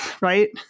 right